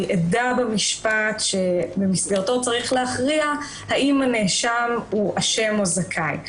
היא עדה במשפט שבמסגרתו צריך להכריע האם הנאשם הוא אשם או זכאי.